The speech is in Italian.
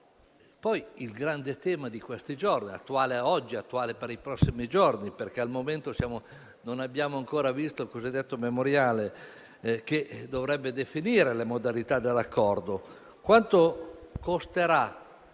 Il grande tema di questi giorni, oggi attuale ma anche per i prossimi giorni perché al momento non abbiamo ancora visto il cosiddetto memoriale che dovrebbe definire le modalità dell'accordo, è quanto costerà